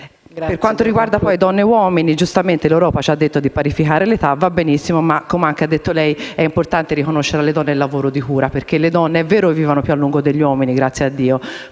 Per quanto riguarda donne e uomini, giustamente l'Europa ci ha detto di parificare l'età: va benissimo ma, come ha detto anche lei, è importante riconoscere alle donne il lavoro di cura, perché è vero che le donne vivono più a lungo degli uomini - grazie a Dio!